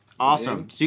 Awesome